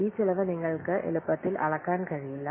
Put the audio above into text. ഈ ചെലവ് നിങ്ങൾക്ക് എളുപ്പത്തിൽ അളക്കാൻ കഴിയില്ല